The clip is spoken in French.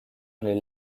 les